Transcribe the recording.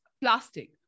plastic